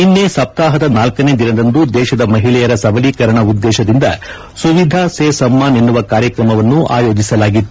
ನಿನ್ನೆ ಸಪ್ತಾಹದ ನಾಲ್ಕನೇ ದಿನದಂದು ದೇಶದ ಮಹಿಳೆಯರ ಸಬಲೀಕರಣ ಉದ್ದೇಶದಿಂದ ಸುವಿಧಾಸೆ ಸಮ್ಮಾನ್ ಎನ್ನುವ ಕಾರ್ಯಕ್ರಮವನ್ನು ಆಯೋಜಿಸಲಾಗಿತ್ತು